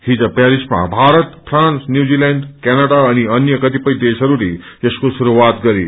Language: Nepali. हिज पेरिसमा भारत फ्रान्स न्यूजील्याण्डक्यासनाडा अनि कतिपय देशहरूले यसको शुरूआत गरे